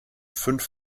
fünf